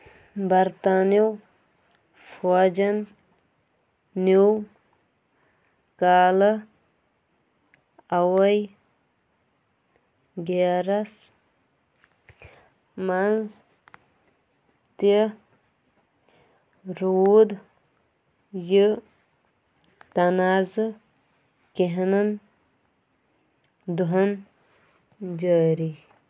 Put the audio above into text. برطانو فوجن نیوٗ کالہٕ اوٕے گیرَس منٛز تہِ روٗد یہِ تنازٕ کینٛہن دۄہن جٲری